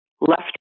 Left